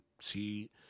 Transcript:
see